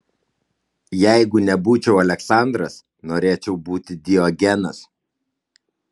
jeigu nebūčiau aleksandras norėčiau būti diogenas